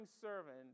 servant